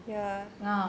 ya